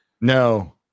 No